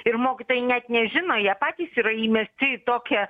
ir mokytojai net nežino jie patys yra įmesti į tokią